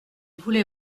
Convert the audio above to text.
voulait